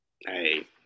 Hey